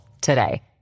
today